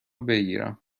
بگیرم